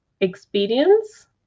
experience